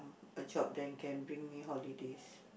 a job then can bring me holidays